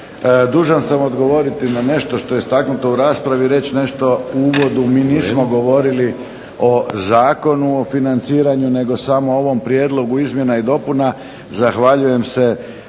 Dužan sam odgovoriti na nešto što je istaknuto u raspravi i reći nešto u uvodu. Mi nismo govorili o Zakonu o financiranju nego samo o ovom prijedlogu izmjena i dopuna. Zahvaljujem se